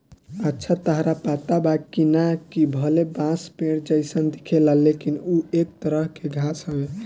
अच्छा ताहरा पता बा की ना, कि भले बांस पेड़ जइसन दिखेला लेकिन उ एक तरह के घास हवे